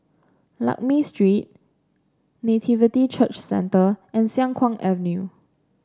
Lakme Street Nativity Church Centre and Siang Kuang Avenue